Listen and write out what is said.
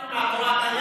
להפך.